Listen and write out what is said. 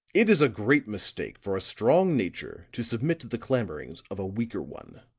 it is a great mistake for a strong nature to submit to the clamorings of a weaker one.